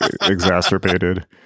exacerbated